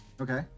Okay